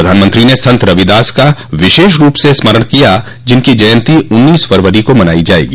प्रधानमंत्री ने संत रविदास का विशेष रूप से स्मरण किया जिनकी जयंती उन्नीस फरवरी को मनाई जायेगी